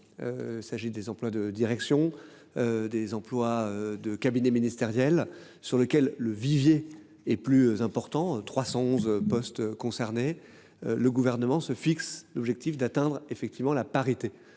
S'agit des emplois de direction. Des emplois de cabinets ministériels sur lequel le vivier est plus important, 311 postes concernés. Le gouvernement se fixe l'objectif d'atteindre effectivement la parité